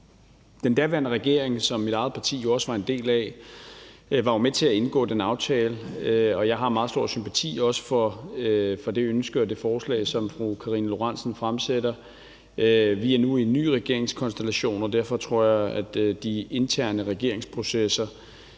Den daværende regering, som mit eget parti jo også var en del af, var med til at indgå den aftale, og jeg har meget stor sympati for det ønske og det forslag, som fru Karina Lorentzen Dehnhardt fremsætter. Vi er nu i en ny regeringskonstellation, og derfor tror jeg, arbejdet med det lige